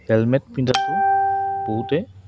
helmet পিন্ধাটো বহুতে